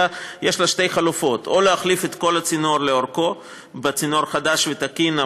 אלא יש לה שתי חלופות: או להחליף את הצינור לכל אורכו בצינור חדש ותקין,